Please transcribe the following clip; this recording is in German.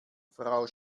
frau